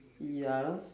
ya